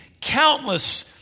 countless